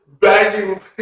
begging